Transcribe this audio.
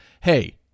hey